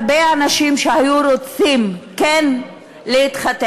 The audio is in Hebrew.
הרבה אנשים שהיו רוצים כן להתחתן,